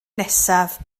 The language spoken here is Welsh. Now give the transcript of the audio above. nesaf